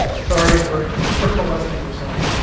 sorry, for for molesting your saw.